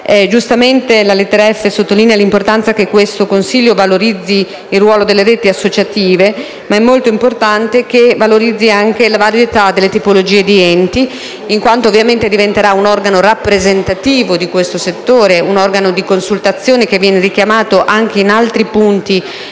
Giustamente, la lettera *f)* sottolinea l'importanza che questo consiglio valorizzi il ruolo delle reti associative; ma è molto importante che esso valorizzi anche la varietà delle tipologie di enti, in quanto diventerà un organo rappresentativo di questo settore e un organo di consultazione, richiamato anche in altri punti